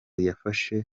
yafashe